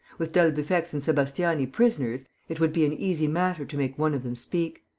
with d'albufex and sebastiani prisoners it would be an easy matter to make one of them speak.